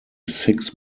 six